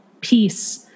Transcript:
peace